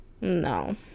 No